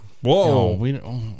Whoa